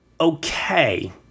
Okay